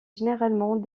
généralement